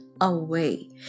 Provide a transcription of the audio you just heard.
away